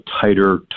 tighter